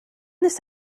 this